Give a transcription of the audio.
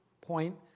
point